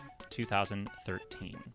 2013